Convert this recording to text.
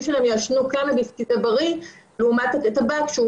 שלהם יעשנו קנביס כי זה בריא לעומת הטבק.